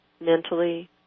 mentally